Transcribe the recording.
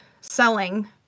selling